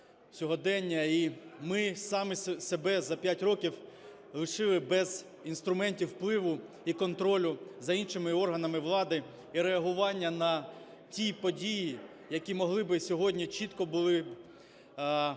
і ми самі себе за 5 років лишили без інструментів впливу і контролю за іншими органами влади і реагування на ті події, які могли би сьогодні чітко були